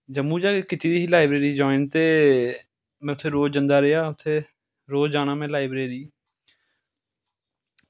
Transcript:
जम्मू च गै कीती दी ही लाईब्रेरी ज्वाइन ते में रोज जंदा रेहा ते रोज जाना में लाइब्रेरी